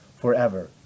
forever